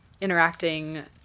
interacting